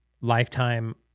lifetime